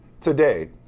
today